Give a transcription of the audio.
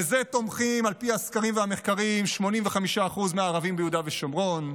בזה תומכים על פי הסקרים והמחקרים 85% מהערבים ביהודה ושומרון.